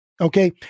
Okay